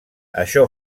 això